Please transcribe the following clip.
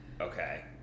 okay